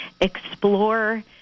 explore